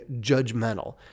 judgmental